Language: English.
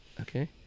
Okay